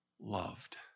loved